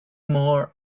more